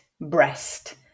breast